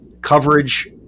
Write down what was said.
coverage